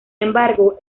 embargo